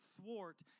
thwart